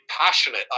passionate